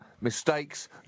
mistakes